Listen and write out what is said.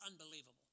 unbelievable